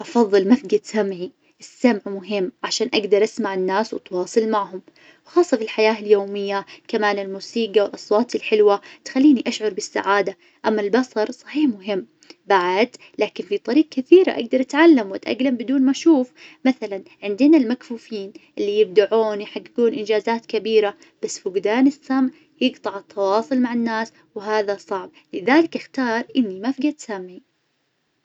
أفظل ما أفقد سمعي السمع مهم عشان أقدر أسمع الناس واتواصل معهم، خاصة بالحياة اليومية، كمان الموسيقى والأصوات الحلوة تخليني أشعر بالسعادة. أما البصر صحيح مهم بعد لكن في طريق كثيرة أقدر أتعلم وأتأقلم بدون ما أشوف، مثلا عندنا المكفوفين اللي يبدعون يحققون إنجازات كبيرة، بس فقدان السمع يقطع التواصل مع الناس وهذا صعب. لذلك أختار إني ما أفقد سمعي.